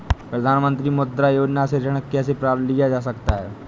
प्रधानमंत्री मुद्रा योजना से ऋण कैसे लिया जा सकता है?